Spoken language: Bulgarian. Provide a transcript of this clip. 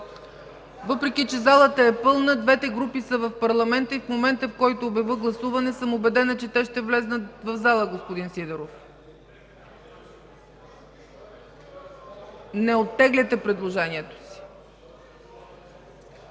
Въпреки че залата е пълна, двете групи са в парламента и в момента, в който обявя гласуването, съм убедена, че те ще влязат в залата, господин Сидеров. (Реплики.) Не оттегляте предложението.